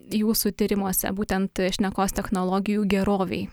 jūsų tyrimuose būtent šnekos technologijų gerovei